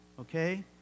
okay